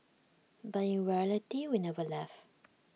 but in reality we've never left